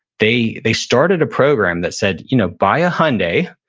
they they started a program that said, you know buy a hyundai,